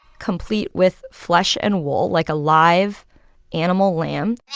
complete with flesh and wool like a live animal lamb